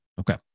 Okay